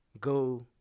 go